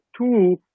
two